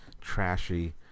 trashy